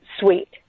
suite